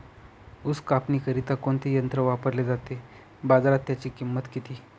ऊस कापणीकरिता कोणते यंत्र वापरले जाते? बाजारात त्याची किंमत किती?